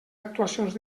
actuacions